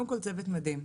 קודם כל צוות מדהים,